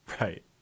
right